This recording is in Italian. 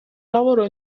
lavorò